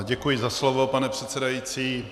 Děkuji za slovo, pane předsedající.